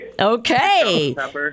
Okay